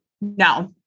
No